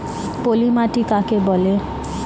পলি মাটি কাকে বলে?